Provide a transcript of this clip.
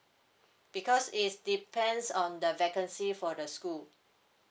because it's depends on the vacancy for the school